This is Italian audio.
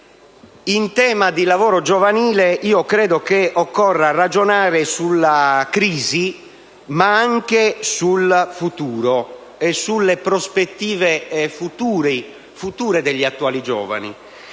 in tema di lavoro giovanile, credo che occorra ragionare sulla crisi ma anche sul futuro e sulle prospettive future degli attuali giovani.